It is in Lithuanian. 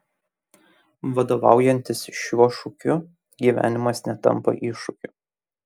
vadovaujantis šiuo šūkiu gyvenimas netampa iššūkiu